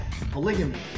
Polygamy